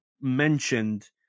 mentioned